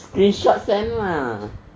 screenshot send lah